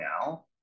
now